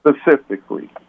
specifically